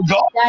God